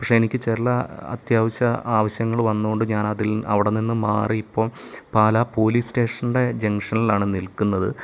പക്ഷെ എനിക്ക് ചില അത്യാവശ്യ ആവശ്യങ്ങൾ വന്നതോണ്ട് ഞാനതിൽ അവിടെ നിന്നും മാറി ഇപ്പോൾ പാലാ പോലീസ് സ്റ്റേഷൻ്റെ ജംഗ്ഷനിലാണ് നിൽക്കുന്നത്